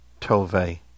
Tove